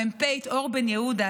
המ"פית אור בן יהודה,